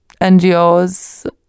NGOs